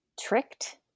tricked